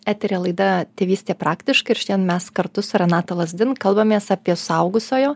eteryje laida tėvystė praktiškai ir šiandien mes kartu su renata lazdin kalbamės apie suaugusiojo